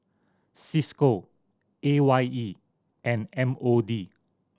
Cisco A Y E and M O D